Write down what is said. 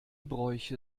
bräuche